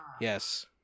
Yes